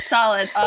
Solid